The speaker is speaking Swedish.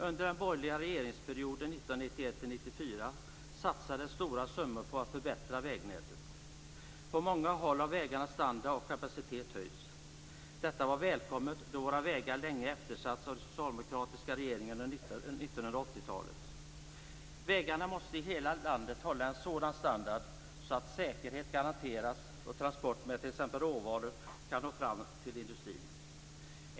Under den borgerliga regeringsperioden 1991-1994 satsades stora summor på att förbättra vägnätet. På många håll har vägarnas standard och kapacitet höjts. Detta var välkommet då våra vägar länge eftersattes av de socialdemokratiska regeringarna under 1980-talet. Vägarna måste i hela landet hålla en sådana standard att säkerhet garanteras och transporter med t.ex. råvaror kan nå fram till industrin.